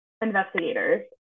investigators